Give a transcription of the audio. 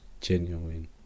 genuine